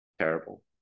terrible